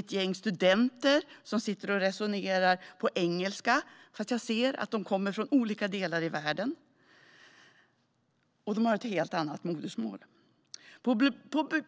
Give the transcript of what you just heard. Ett gäng studenter sitter och resonerar på engelska, fast jag ser att de kommer från olika delar av världen och har helt olika modersmål.